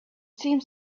seemed